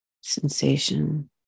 sensation